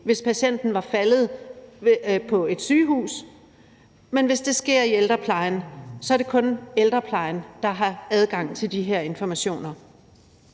hvis patienten var faldet på et sygehus, men hvis det sker i ældreplejen, er det kun ældreplejen, der har adgang til de her informationer.